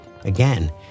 again